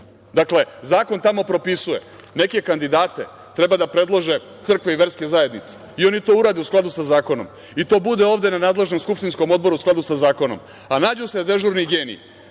Dakle, zakon tamo propisuje neke kandidate treba da predlože crkve i verske zajednice. I oni to urade u skladu sa zakonom i to bude ovde na nadležnom skupštinskom odboru u skladu sa zakonom, a nađu se dežurni geniji,